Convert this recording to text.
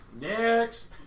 Next